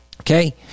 okay